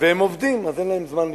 והם עובדים, אין להם זמן לשתות,